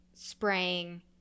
spraying